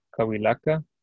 Kawilaka